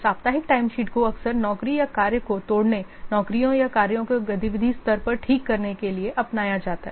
साप्ताहिक टाइमशीट को अक्सर नौकरी या कार्य को तोड़ने नौकरियों या कार्य को गतिविधि स्तर पर ठीक करने के लिए अपनाया जाता है